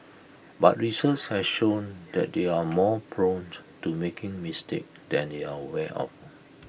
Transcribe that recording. but research has shown that they are more prone to making mistakes than they are aware of